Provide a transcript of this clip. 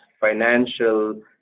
financial